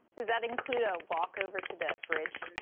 does that include a walk over to the fridge.